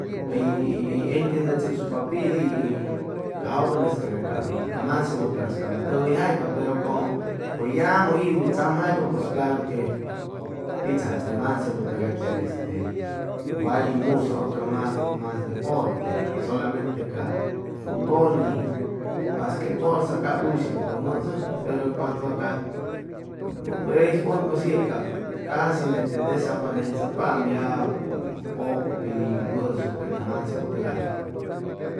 Hʉy hʉy entiendechʉsucpa pit y y ca jovenes tʉgay cap hʉy ca mansebutʉgas cap hʉy tʉgʉyjaypa pero como pues yamʉ iwʉ hʉy tzamjaypa que pitzaŋ mansebu tʉgay tep este way musʉ otro mas mas deporte solamente ca futbol y basquetbol stam cap ushim pit mʉdʉjpa pero en cuento a ca beisbol pues ye cap casi nete desaperesechʉcpaam ya poco que mʉdʉyshucpa ca mansebu tʉga'is